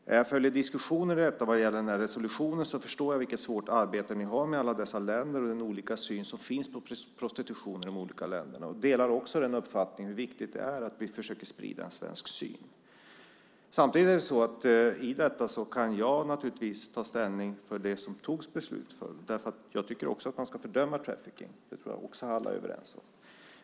När jag följer diskussionen i detta vad gäller resolutionen förstår jag vilket svårt arbete ni har med alla dessa länder och den olika syn som finns på prostitution i de olika länderna. Jag delar också uppfattningen om hur viktigt det är att vi försöker sprida en svensk syn. Samtidigt är det så att i detta kan jag naturligtvis ta ställning för det som det fattades beslut för därför att jag tycker att man ska fördöma trafficking - det tror jag också att alla är överens om.